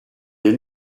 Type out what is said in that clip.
est